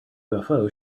ufo